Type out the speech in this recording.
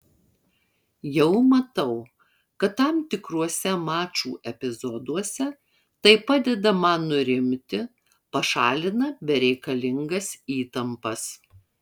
jau matau kad tam tikruose mačų epizoduose tai padeda man nurimti pašalina bereikalingas įtampas